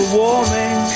warming